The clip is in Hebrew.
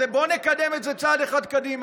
בואו נקדם את זה צעד אחד קדימה,